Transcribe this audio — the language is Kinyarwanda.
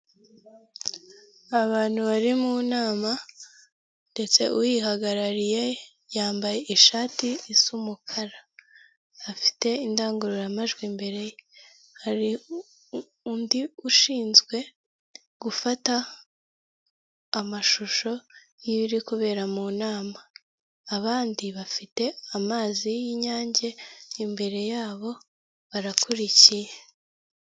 Abantu bari mu nama ndetse uyihagarariye yambaye ishatisa umukara afite, indangururamajwi mbere ye hari, undi ushinzwe gufata amashusho y'ibiri kubera mu nama, abandi bafite amazi y'inyange imbere yabo barakurikiye.